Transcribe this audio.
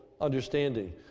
understanding